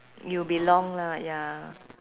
you'll be long lah ya